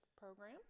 program